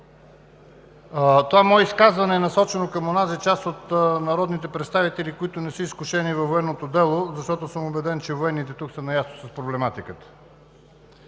Това мое изказване е насочено към онази част от народните представители, които не са изкушени във военното дело, защото съм убеден, че военните тук са наясно с проблематиката.